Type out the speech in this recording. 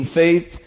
faith